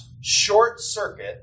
short-circuit